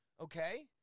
Okay